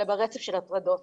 אלא ברצף של הטרדות.